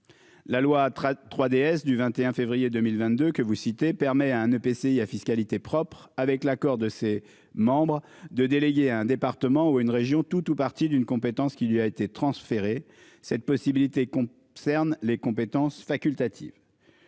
La loi 3DS du 21 février 2022 que vous citez permet à un EPCI à fiscalité propre avec l'accord de ses membres de déléguer à un département ou une région tout ou partie d'une compétence qui lui a été transféré cette possibilité qu'on cerne les compétences facultatives.